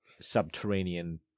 subterranean